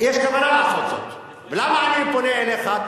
יש כוונה לעשות זאת, ולמה אני פונה אליך?